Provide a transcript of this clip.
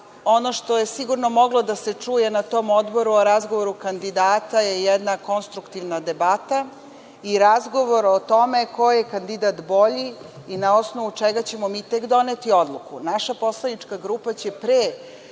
ono što je sigurno moglo da se čuje na tom odboru o razgovoru kandidata je jedna konstruktivna debata i razgovor o tome koji je kandidat bolji i na osnovu čega ćemo mi tek doneti odluku. Naša poslanička grupa će pre